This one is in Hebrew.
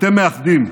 אתם מאחדים.